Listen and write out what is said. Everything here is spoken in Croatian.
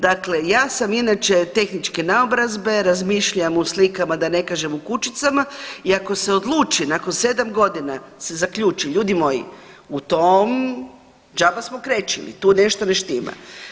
Dakle, ja sam inače tehničke naobrazbe, razmišljam u slikama da ne kažem u kućicama i ako se odluči nakon sedam godina se zaključi, ljudi moji u tom džaba smo krečili tu nešto ne štima.